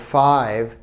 five